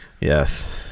Yes